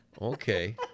Okay